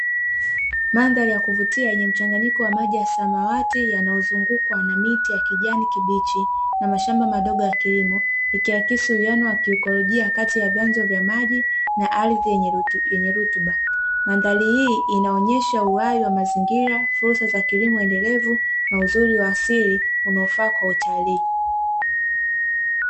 Mandhari ya kuvutia yenye mchanganyiko wa maji ya samawati yanayozungukwa na miti ya kijani kibichi na mashamba madogo ya kilimo, ikiakisi uwiano wa kiikolojia kati ya vyanzo vya maji na ardhi yenye rutuba. Mandhari hii inaonyesha uhai wa mazingira, fursa za kilimo endelevu na uzuri wa asili unaofaa kwa utalii.